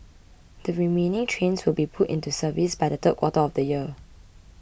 the remaining trains will be put into service by the third quarter of the year